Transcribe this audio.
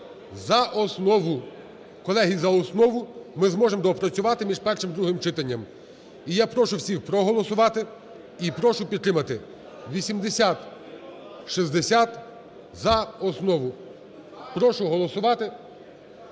за основу. Колеги, за основу, ми зможемо доопрацювати між першим і другим читанням. І я прошу всіх проголосувати і прошу підтримати 8060 за основу. Прошу голосувати,